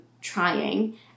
Trying